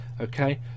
Okay